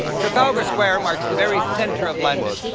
trafalgar square marks the very center of london.